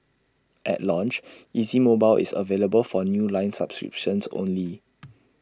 at launch easy mobile is available for new line subscriptions only